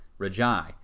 Rajai